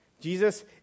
Jesus